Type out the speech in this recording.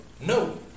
No